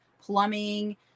plumbing